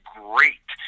great